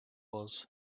was